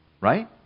right